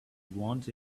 want